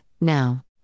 now